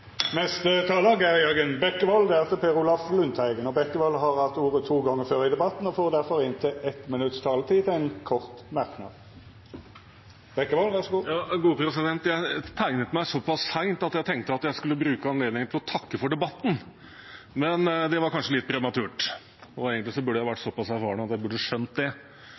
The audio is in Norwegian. Geir Jørgen Bekkevold har hatt ordet to gonger tidlegare i debatten og får ordet til ein kort merknad, avgrensa til 1 minutt. Jeg tegnet meg såpass sent at jeg tenkte jeg skulle bruke anledningen til å takke for debatten, men det var kanskje litt prematurt. Egentlig burde jeg være såpass erfaren at jeg burde ha skjønt det.